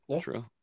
true